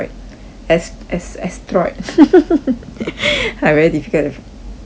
as~ as~ asteroid like very difficult mm